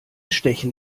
stechen